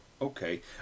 okay